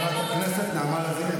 חברת הכנסת נעמה לזימי,